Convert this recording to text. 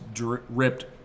ripped